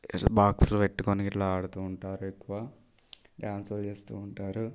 బాక్సులు పెట్టుకొని ఇట్లా ఆడుతూ ఉంటారు ఎక్కువ డ్యాన్సులు చేస్తూ ఉంటారు